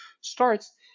starts